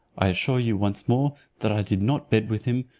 i assure you once more, that i did not bed with him,